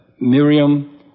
Miriam